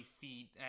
feet